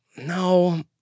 no